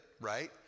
right